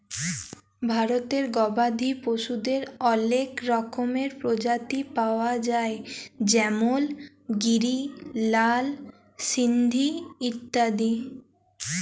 ভারতে গবাদি পশুদের অলেক রকমের প্রজাতি পায়া যায় যেমল গিরি, লাল সিন্ধি ইত্যাদি